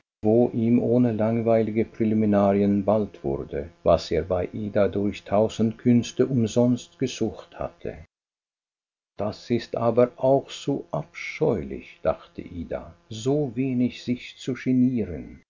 wo ihm ohne langweilige präliminarien bald wurde was er bei ida durch tausend künste umsonst gesucht hatte das ist aber auch zu abscheulich dachte ida so wenig sich zu genieren